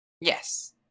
Yes